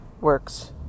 works